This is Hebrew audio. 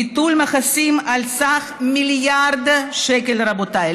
ביטול מכסים על סך מיליארד שקל, רבותיי.